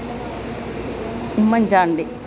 Oommen Chandy